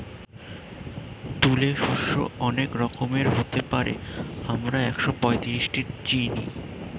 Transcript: তুলে শস্য অনেক রকমের হতে পারে, আমরা একশোপঁয়ত্রিশটি চিনি